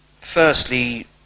firstly